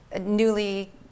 newly